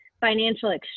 financial